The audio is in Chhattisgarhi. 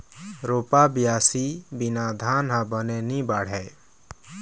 रोपा, बियासी के बिना धान ह बने नी बाढ़य